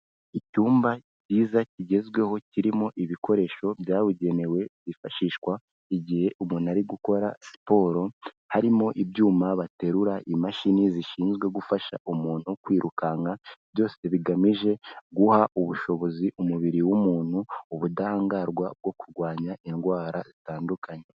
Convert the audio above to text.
Icyumba cyiza kigezweho kirimo ibikoresho byabugenewe byifashishwa igihe umuntu ari gukora siporo, harimo ibyuma baterura, imashini zishinzwe gufasha umuntu kwirukanka, byose bigamije guha ubushobozi umubiri w'umuntu, ubudahangarwa bwo kurwanya indwara zitandukanye.